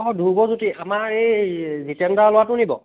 অঁ ধ্ৰুৱজ্যোতি আমাৰ এই জীতেন দাৰ ল'ৰাটোনি বাৰু